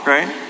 Right